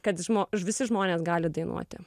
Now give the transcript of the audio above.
kad žmo visi žmonės gali dainuoti